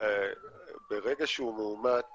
ברגע שהוא מאומת